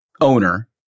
owner